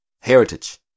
heritage